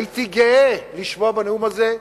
הייתי גאה לשמוע את הנאום הזה,